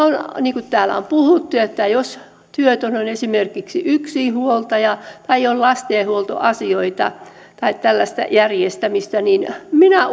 niin kuin tällä on puhuttu että jos työtön on esimerkiksi yksinhuoltaja tai on lastenhoitoasioita tai tällaista järjestämistä niin minä